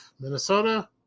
Minnesota